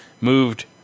moved